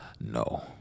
No